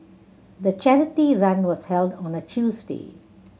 the charity run was held on a Tuesday